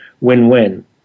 win-win